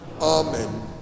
Amen